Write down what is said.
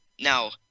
Now